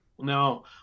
Now